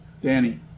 Danny